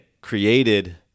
created